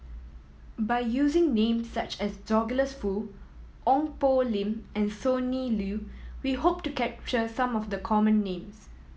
by using names such as Douglas Foo Ong Poh Lim and Sonny Liew we hope to capture some of the common names